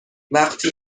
وقتی